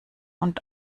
und